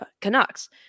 Canucks